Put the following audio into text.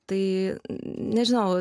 tai nežinau